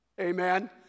Amen